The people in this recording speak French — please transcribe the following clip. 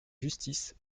justice